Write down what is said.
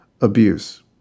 abuse